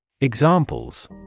Examples